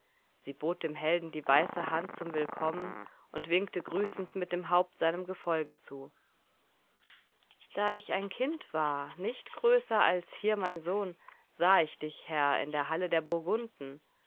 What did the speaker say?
sie bot dem helden die weiße hand zum willkommen und winkte grüßend mit dem haupt seinem gefolge zu da ich ein kind war nicht größer als hier mein sohn sah ich dich herr in der halle der burgunden